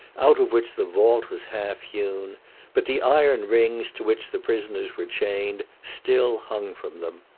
out of which the vault was half hewn but the iron rings to which the prisoners were chained still hung from them.